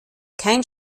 kein